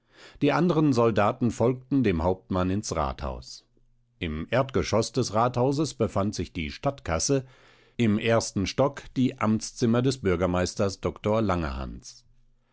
die anderen soldaten folgten dem hauptmann ins rathaus im erdgeschoß des rathauses befand sich die stadtkasse im ersten stock die amtszimmer bürgermeisters dr langerhans